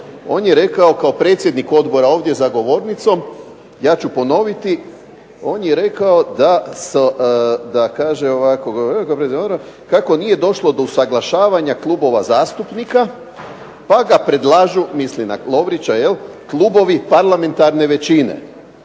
rekao, kao predsjednik Odbora ovdje za govornicom, ja ću ponoviti, on je rekao "kako nije došlo do usuglašavanja klubova zastupnika, pa da predlažu, misli na Lovrića, klubovi parlamentarne većine".